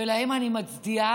ולהם אני מצדיעה,